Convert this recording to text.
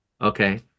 Okay